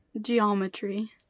Geometry